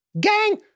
Gang